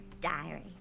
diary